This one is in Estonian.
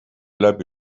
läbi